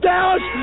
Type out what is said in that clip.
Dallas